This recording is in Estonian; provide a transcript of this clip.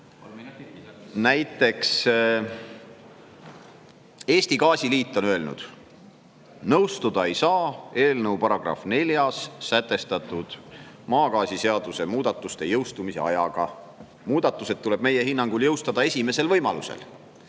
Näiteks Eesti Gaasiliit on öelnud: "Nõustuda ei saa eelnõu §-s 4 sätestatud MGS-i muudatuste jõustumise ajaga. Muudatused tuleb meie hinnangul jõustada esimesel võimalusel.